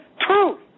Truth